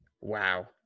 Wow